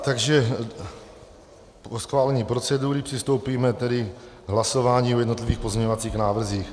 Takže po schválení procedury přistoupíme tedy k hlasování o jednotlivých pozměňovacích návrzích.